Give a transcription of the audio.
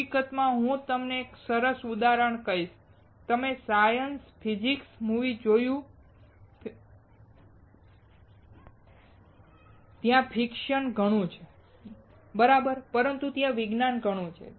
હકીકતમાં હું તમને એક સરસ ઉદાહરણ કહીશ તમે સાયન્સ ફિક્શન મૂવીઝ જોશો ત્યાં ફ્રિક્શન ઘણું છે બરાબર પરંતુ ત્યાં વિજ્ઞાન ઘણું છે